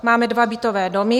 Máme dva bytové domy.